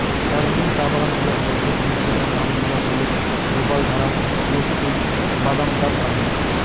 দার্জিলিং চা বাগান গুলার মইধ্যে অইন্যতম নাম গুলা হইলেক গোপালধারা, লোপচু, বাদামতাম আদি